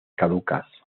caducas